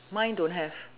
mine don't have